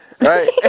Right